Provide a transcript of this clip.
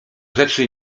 rzeczy